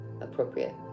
appropriate